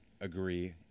agree